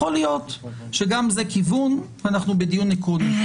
יכול להיות שגם זה כיוון ואנחנו בדיון עקרוני.